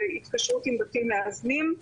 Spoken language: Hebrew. בהתקשרות עם בתים מאזנים.